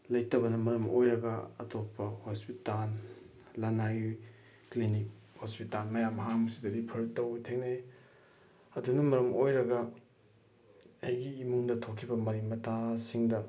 ꯂꯩꯇꯕꯅ ꯃꯔꯝ ꯑꯣꯏꯔꯒ ꯑꯇꯣꯞꯄ ꯍꯣꯁꯄꯤꯇꯥꯜ ꯂꯅꯥꯏ ꯀ꯭ꯂꯤꯅꯤꯛ ꯍꯣꯁꯄꯤꯇꯥꯜ ꯃꯌꯥꯝ ꯍꯥꯡꯕꯁꯤꯗ ꯔꯤꯐꯔ ꯇꯧꯕ ꯊꯦꯡꯅꯩ ꯑꯗꯨꯅ ꯃꯔꯝ ꯑꯣꯏꯔꯒ ꯑꯩꯒꯤ ꯏꯃꯨꯡꯗ ꯊꯣꯛꯈꯤꯕ ꯃꯔꯤ ꯃꯇꯥꯁꯤꯡꯗ